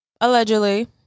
allegedly